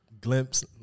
Glimpse